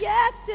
Yes